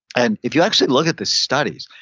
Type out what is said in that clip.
and if you actually look at the studies,